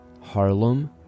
Harlem